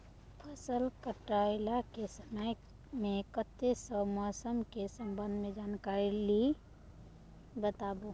फसल काटय के समय मे कत्ते सॅ मौसम के संबंध मे जानकारी ली बताबू?